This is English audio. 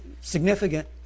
significant